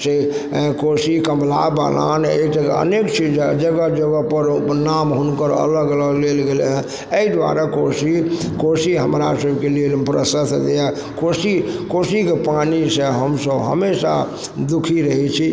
से कोसी कमला बलान अइ जगह अनेक छै जे जगह जगहपर ओ अपन नाम हुनकर अलग अलग लेल गेलइ हइ अइ दुआरे कोसी कोसी हमरा सबके लेल प्रशस्त यऽ कोसी कोसीके पानिसँ हमसभ हमेशा दुःखी रहय छी